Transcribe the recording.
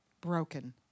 Broken